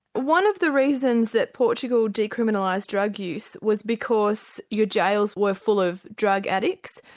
one of the reasons that portugal decriminalised drug use was because your jails were full of drug addicts.